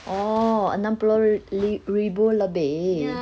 oh enam puluh ri~ li~ ribu lebih